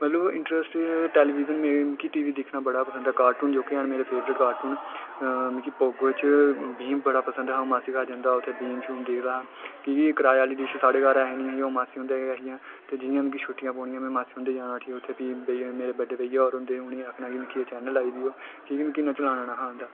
मलतब इंट्रस्ट ऐ मिगी टैलीविजन दिक्खना बड़ा पसंद हा कार्टून जोह्के मेरे फेवरेट मिगी पोगो च भीम बड़ा पसंद हा अ'ऊं मासी घर जंदा हा भीम शीम दिखदा हा की जे कराए आह्ली डिश साढ़े घर होंदी नेईं ही मासी होंदे गै हियां जि'यां मिगी छुट्टियां पौनियां में मासी हुंदे जाना उठी उत्थै मेरे भाईया बड्डे भाईया होर होंदे हे उ'नेंगी आखना मिगी चैनल लाई देओ मिगी चलाना नेहा औंदा